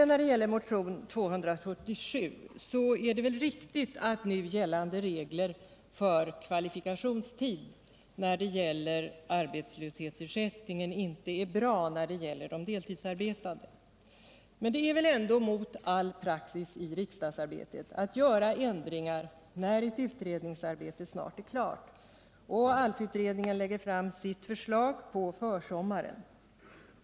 När det gäller motionen 277 är det riktigt att nu gällande regler för kvalifikationstid för arbetslöshetsersättning inte är bra för de deltidsarbetande. Men det är väl ändå mot all praxis i riksdagsarbetet att göra ändringar när ett utredningsarbete snart är klart — ALF-utredningen lägger fram sitt förslag på försommaren.